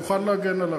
מוכן להגן עליו,